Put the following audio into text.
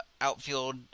outfield